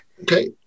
Okay